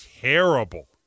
terrible